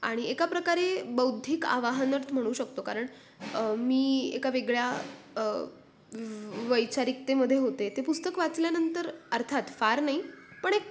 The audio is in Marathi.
आणि एका प्रकारे बौद्धिक आवाहनार्थ म्हणू शकतो कारण मी एका वेगळ्या वैचारिकतेमध्ये होते ते पुस्तक वाचल्यानंतर अर्थात फार नाही पण